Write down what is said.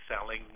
selling